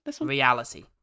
Reality